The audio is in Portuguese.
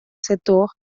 setor